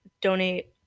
donate